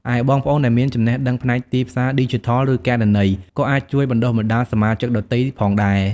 ឯ បងប្អូនដែលមានចំណេះដឹងផ្នែកទីផ្សារឌីជីថល ឬគណនេយ្យ ក៏អាចជួយបណ្តុះបណ្តាលសមាជិកដទៃផងដែរ។